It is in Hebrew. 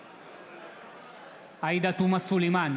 נגד עאידה תומא סלימאן,